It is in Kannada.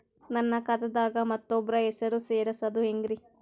ನನ್ನ ಖಾತಾ ದಾಗ ಮತ್ತೋಬ್ರ ಹೆಸರು ಸೆರಸದು ಹೆಂಗ್ರಿ?